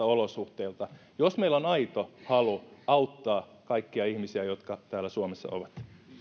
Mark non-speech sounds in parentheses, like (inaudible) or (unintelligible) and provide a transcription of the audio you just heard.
(unintelligible) olosuhteilta jos meillä on aito halu auttaa kaikkia ihmisiä jotka täällä suomessa ovat